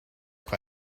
qua